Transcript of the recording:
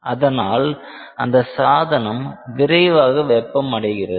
அதனால் அந்த சாதனம் விரைவாக வெப்பமடைகிறது